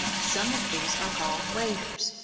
some of these are called waders,